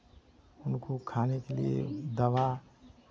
उनको खाने के लिये दवा